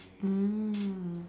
mm